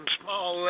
small